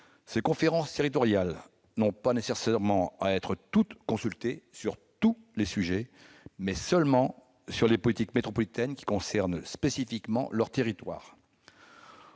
ces conférences territoriales ne doivent pas nécessairement être toutes consultées sur tous les sujets, mais seulement sur les politiques métropolitaines qui concernent spécifiquement leur territoire.